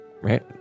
right